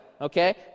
Okay